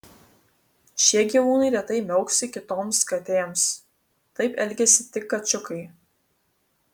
šie gyvūnai retai miauksi kitoms katėms taip elgiasi tik kačiukai